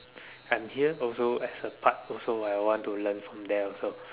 I'm here also as a part also I want to learn from there also